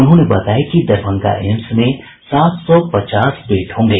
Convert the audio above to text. उन्होंने बताया कि दरभंगा एम्स में सात सौ पचास बेड होंगे